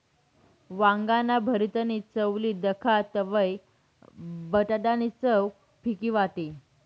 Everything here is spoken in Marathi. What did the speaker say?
वांगाना भरीतनी चव ली दखा तवयं बटाटा नी चव फिकी वाटी